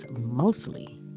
mostly